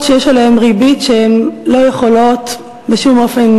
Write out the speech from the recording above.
שיש עליהם ריבית שהן לא יכולות בשום אופן